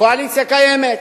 הקואליציה קיימת,